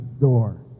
door